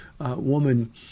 woman